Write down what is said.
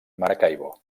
maracaibo